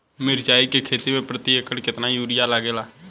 मिरचाई के खेती मे प्रति एकड़ केतना यूरिया लागे ला?